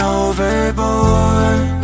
overboard